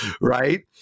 right